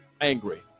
angry